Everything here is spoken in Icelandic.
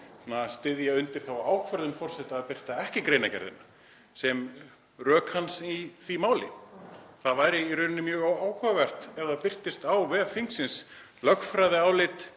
styðja þá ákvörðun forseta að birta ekki greinargerðina, sem rök hans í því máli. Það væri í rauninni mjög áhugavert ef það birtist á vef þingsins lögfræðiálit